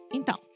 Então